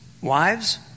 Wives